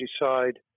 decide